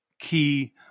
key